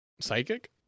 Psychic